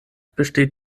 besteht